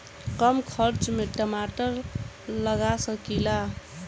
कम खर्च में टमाटर लगा सकीला?